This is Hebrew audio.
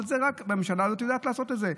אבל רק הממשלה הזאת יודעת לעשות את זה.